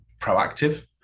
proactive